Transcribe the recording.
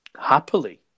happily